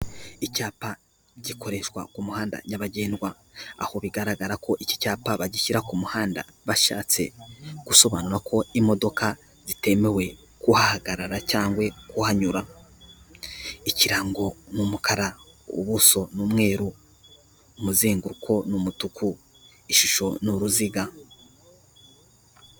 Icyapa gikoreshwa ku muhanda nyabagendwa, aho bigaragara ko iki cyapa bagishyira ku muhanda bashatse gusobanura ko imodoka zitemewe kuhahagarara cyangwa kuhanyura, ikirango n'umukara, ubuso n'umweru, umuzenguruko n'umutuku, ishusho n'uruziga.